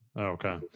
Okay